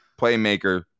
playmaker